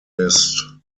list